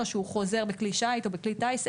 או שהוא חוזר בכלי שייט או בכלי טייס.